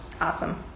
Awesome